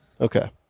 Okay